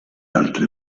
altri